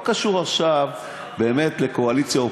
זה לא קשור עכשיו באמת לקואליציה,